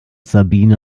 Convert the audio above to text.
sabine